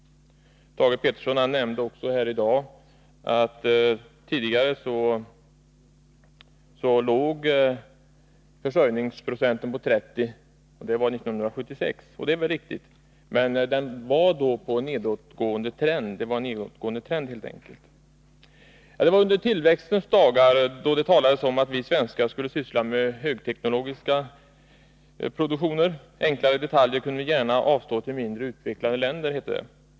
Thage Peterson nämnde också i dag att försörjningsprocenten 1976 låg på 30. Det är riktigt, men det var en nedåtgående trend helt enkelt. Det var under tillväxtens dagar, då det talades om att vi svenskar skulle syssla med högteknologisk produktion. Enklare detaljer kunde vi gärna avstå till mindre utvecklade länder, hette det.